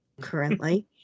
currently